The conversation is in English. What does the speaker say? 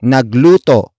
Nagluto